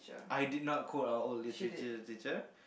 I did not call our old Literature teacher